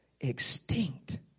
extinct